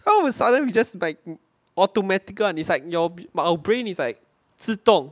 oh suddenly we just like automatical [one] it's like in your in our brain is like 自动